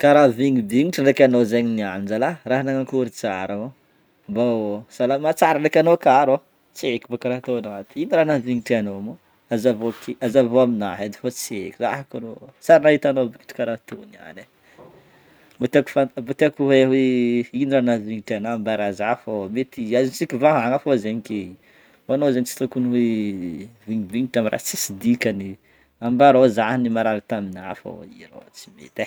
Karaha vignibignitry ndreky anao niany zalah, raha nanakôry tsara mô ,mbô salama tsara ndreky anao aka rô? tsy haiko bôka raha ataonao ty. Ino raha nahavignitra anao mô? Hazavao ke- hazavao aminah edy fo tsy haiko raha koa rô, tsy ary nahitanao vingitry karaha toy niany e, mbô tiako fanta- mbô tiako ho hay hoe ino raha nahavignitranao ambara zah fo mety azontsika vahagna fo zegny ke fa anao zegny tsy tokony hoe vignibignitry amin'ny raha tsisy dikany, ambarao zah ny marary taminah fô i rô tsy mety e.